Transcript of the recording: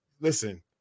listen